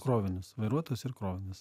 krovinius vairuotojus ir krovinius